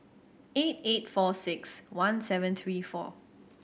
eight eight four six one seven three four